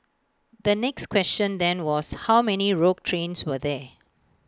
the next question then was how many rogue trains were there